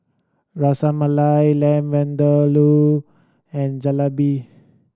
Ras Malai Lamb Vindaloo and Jalebi